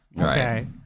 Okay